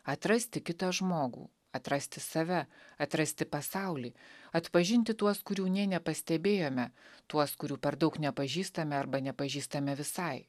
atrasti kitą žmogų atrasti save atrasti pasaulį atpažinti tuos kurių nė nepastebėjome tuos kurių per daug nepažįstame arba nepažįstame visai